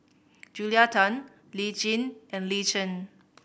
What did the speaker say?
Julia Tan Lee Tjin and Lee Chen